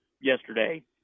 yesterday